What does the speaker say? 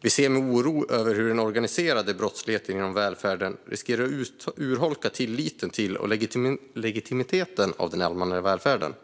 Vi ser med oro på att den organiserade brottsligheten inom välfärden riskerar att urholka tilliten till och legitimiteten hos den allmänna välfärden.